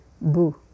Boo